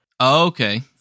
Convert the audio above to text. Okay